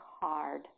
hard